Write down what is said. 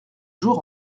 jour